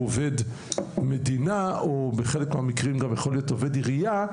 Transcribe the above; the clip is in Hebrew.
עובד מדינה או בחלק מהמקרים גם יכול להיות עובד עירייה,